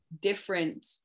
different